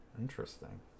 Interesting